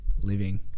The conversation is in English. living